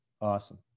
Awesome